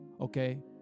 okay